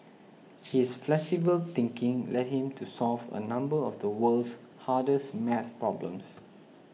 his flexible thinking led him to solve a number of the world's hardest math problems